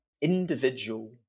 individual